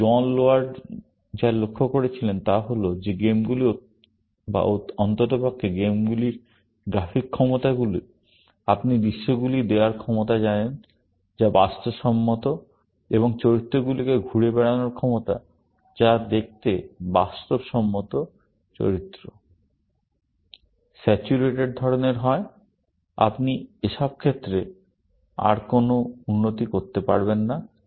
কিন্তু John Laird যা লক্ষ্য করেছিলেন তা হল যে গেমগুলি বা অন্ততপক্ষে গেমগুলির গ্রাফিক ক্ষমতাগুলি আপনি দৃশ্যগুলি দেওয়ার ক্ষমতা জানেন যা বাস্তবসম্মত এবং চরিত্রগুলিকে ঘুরে বেড়ানোর ক্ষমতা যা দেখতে বাস্তবসম্মত চরিত্র স্যাচুরেটেড ধরনের হয় আপনি এসন ক্ষেত্রে আর এমন কোনো উন্নতি করতে পারবেন না